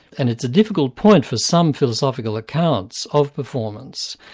and it's a difficult point for some philosophical accounts of performance.